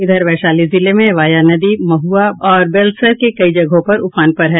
इधर वैशाली जिले में वाया नदी महुआ और बेलसर के कई जगहों पर उफान पर है